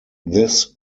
this